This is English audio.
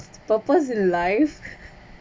purpose in life